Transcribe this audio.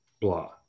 blah